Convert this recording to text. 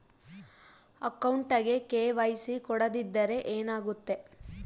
ಅಕೌಂಟಗೆ ಕೆ.ವೈ.ಸಿ ಕೊಡದಿದ್ದರೆ ಏನಾಗುತ್ತೆ?